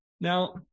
now